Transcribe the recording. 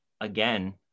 again